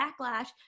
backlash